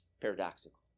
paradoxical